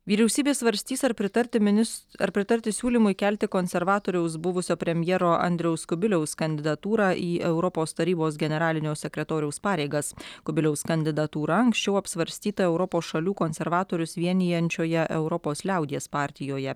vyriausybė svarstys ar pritarti minis ar pritarti siūlymui kelti konservatoriaus buvusio premjero andriaus kubiliaus kandidatūrą į europos tarybos generalinio sekretoriaus pareigas kubiliaus kandidatūra anksčiau apsvarstyta europos šalių konservatorius vienijančioje europos liaudies partijoje